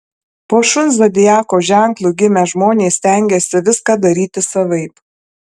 po šuns zodiako ženklu gimę žmonės stengiasi viską daryti savaip